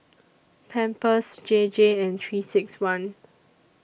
Pampers J J and three six one